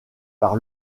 par